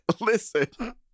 listen